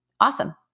awesome